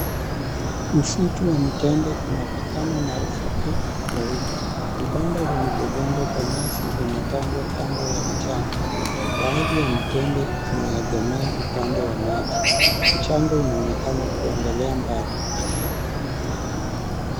Msitu wa mitende unapakana na ufukwe mweupe. Vibanda vilivyojengwa kwa nyasi vimepangwa kando ya mchanga. Baadhi ya mitende imeegemea upande wa maji. Mchanga unaonekana kuendelea mbali.